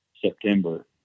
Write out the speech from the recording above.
September